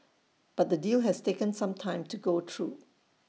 but the deal has taken some time to go through